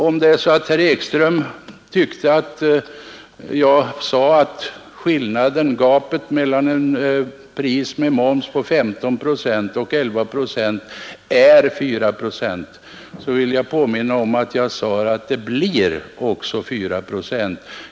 Om herr Ekström tyckte att jag sade att skillnaden, gapet, mellan ett pris med moms på 15 procent och 11 procent är 4 procent, vill jag påminna om att jag sade att det också blir 4 procent.